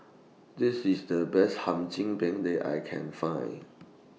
This IS The Best Hum Chim Peng that I Can Find